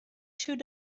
should